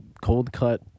cold-cut